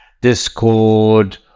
Discord